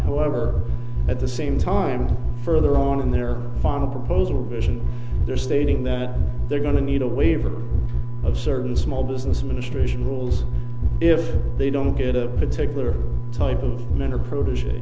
however at the same time further on in their final proposal vision they're stating that they're going to need a waiver of certain small business administration rules if they don't get a particular type of men